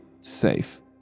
safe